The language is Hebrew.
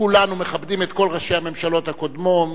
כולנו מכבדים את כל ראשי הממשלות הקודמים,